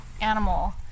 animal